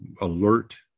alert